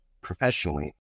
professionally